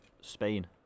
Spain